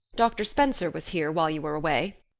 doctor spencer was here while you were away,